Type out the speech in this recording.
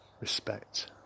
respect